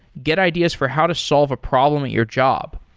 get ideas for how to solve a problem at your job,